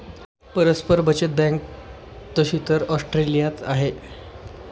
परस्पर बचत बँक तशी तर ऑस्ट्रेलियात आहे